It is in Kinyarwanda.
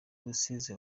rusizi